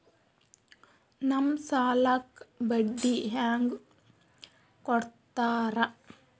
ನಮ್ ಸಾಲಕ್ ಬಡ್ಡಿ ಹ್ಯಾಂಗ ಕೊಡ್ತಾರ?